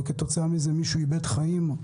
וכתוצאה מזה מישהו איבד חיים,